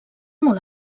molt